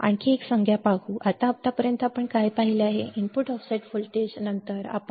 आता आणखी एक संज्ञा पाहू आपण आत्तापर्यंत काय पाहिले आहे इनपुट ऑफसेट व्होल्टेज नंतर आपण इनपुट बायस करंट पाहिले आहे